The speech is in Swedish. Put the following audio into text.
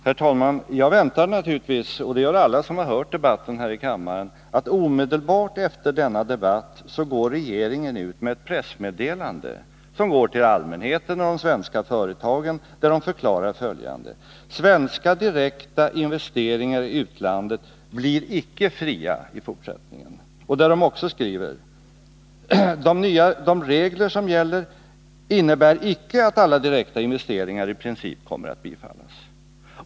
Herr talman! Jag väntar mig naturligtvis — och på samma sätt är det med alla som har hört debatten här i kammaren — att regeringen omedelbart efter denna debatt går ut med ett pressmeddelande till allmänheten och de svenska företagen, där man förklarar följande: Svenska direkta investeringar i utlandet blir icke fria i fortsättningen. Vidare: De regler som gäller innebär icke att alla direkta investeringar i princip kommer att bifallas.